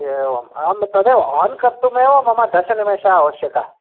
एवम् अहं तदेव आन् कर्तुमेव मम दशनिमेषः आवश्यकः